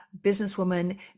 businesswoman